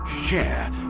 share